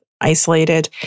isolated